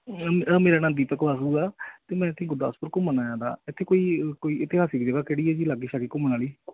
ਮੇ ਮੇਰਾ ਨਾਮ ਦੀਪਕ ਆਹੂ ਆ ਅਤੇ ਮੈਂ ਇੱਥੇ ਗੁਰਦਾਸਪੁਰ ਘੁੰਮਣ ਆਇਆ ਦਾ ਇੱਥੇ ਕੋਈ ਕੋਈ ਇਤਿਹਾਸਿਕ ਜਗ੍ਹਾ ਕਿਹੜੀ ਆ ਜੀ ਲਾਗੇ ਸ਼ਾਗੇ ਘੁੰਮਣ ਵਾਲੀ